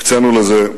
הקצינו לזה,